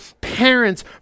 parents